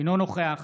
אינו נוכח